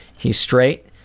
he's straight